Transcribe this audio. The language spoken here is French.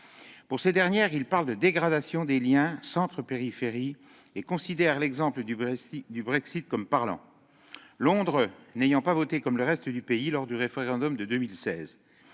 ces dernières, il parle de « dégradation des liens centre-périphérie » et voit dans le Brexit un exemple parlant, Londres n'ayant pas voté comme le reste du pays lors du référendum de 2016,